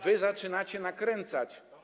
Wy zaczynacie nakręcać.